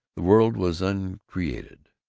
the world was uncreated,